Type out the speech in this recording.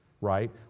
right